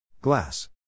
Glass